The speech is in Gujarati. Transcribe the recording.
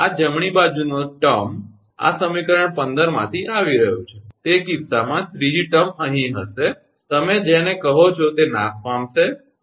આ જમણી બાજુનો શબ્દ આ સમીકરણ 15 માંથી આવી રહયું છે તે કિસ્સામાં ત્રીજી ટર્મ અહીં હશે તમે જેને કહો છો તે નાશ પામશે બરાબર